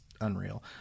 unreal